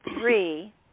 three